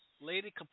Lady